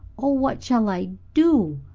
oh, what shall i do?